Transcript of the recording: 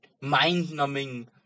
Mind-numbing